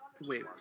Wait